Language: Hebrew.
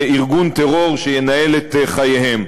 ארגון טרור שינהל את חייהם.